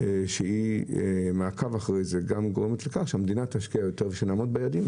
שתבצע מעקב ותגרום לכך שהמדינה תשקיע יותר ושנעמוד ביעדים.